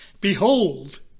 Behold